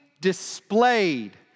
displayed